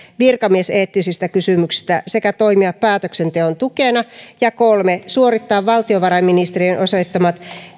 virkamieseettisistä kysymyksistä sekä toimia päätöksenteon tukena ja kolme suorittaa valtiovarainministeriön osoittamat